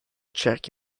check